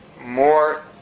more